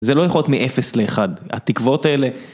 זה לא יכול להיות מ-0 ל-1, התקוות האלה...